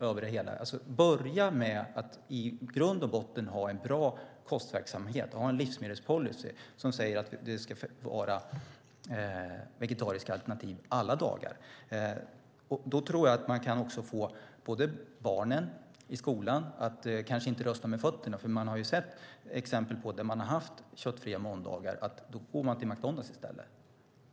Man ska börja med att i grund och botten ha en bra kostverksamhet och en livsmedelspolicy som säger att det ska finnas vegetariska alternativ alla dagar. Då tror jag att man kan få barnen i skolan att inte rösta med fötterna. Man har ju sett exempel på att de går till McDonalds i stället när man har haft köttfria måndagar.